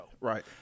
Right